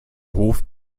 hof